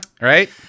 Right